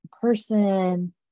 person